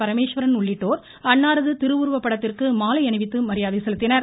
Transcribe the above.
பரமேஸ்வரன் உள்ளிட்டோர் அன்னாரது திருவுருவப் படத்திற்கு மாலை அணிவித்து மரியாதை செலுத்தினர்